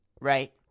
right